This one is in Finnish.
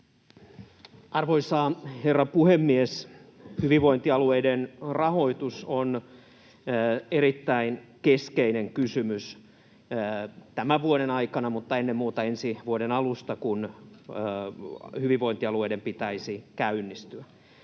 Arvoisa herra puhemies! Hyvinvointialueiden rahoitus on erittäin keskeinen kysymys tämän vuoden aikana mutta ennen muuta ensi vuoden alusta, kun hyvinvointialueiden pitäisi käynnistyä.